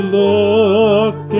look